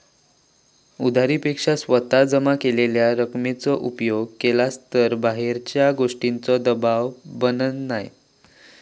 उधारी पेक्षा स्वतः जमा केलेल्या रकमेचो उपयोग केलास तर बाहेरच्या गोष्टींचों दबाव बनत नाय